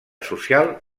social